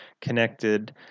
connected